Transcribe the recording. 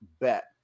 bet